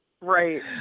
Right